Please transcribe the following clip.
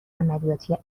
عملیاتی